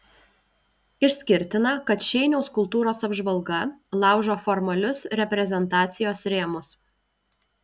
išskirtina kad šeiniaus kultūros apžvalga laužo formalius reprezentacijos rėmus